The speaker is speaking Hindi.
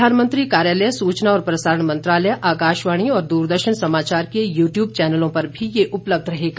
प्रधानमंत्री कार्यालय सूचना और प्रसारण मंत्रालय आकाशवाणी और दूरदर्शन समाचार के यू ट्यूब चैनलों पर भी यह उपलब्ध रहेगा